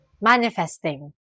Manifesting